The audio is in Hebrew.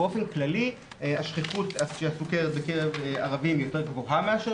באופן כללי שכיחות הסכרת בקרב ערבים יותר גבוהה מאשר